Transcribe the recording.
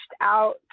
out